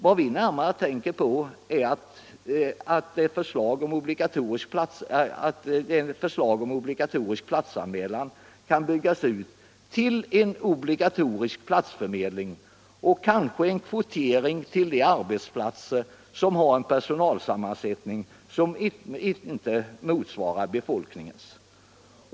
Vad vi närmast tänker på är att förslaget om obligatorisk platsanmälan kan utökas till att avse obligatorisk platsförmedling och kanske kvotering till de arbetsplatser som har en personalsammansättning som inte motsvarar befolkningens.